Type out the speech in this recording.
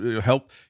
help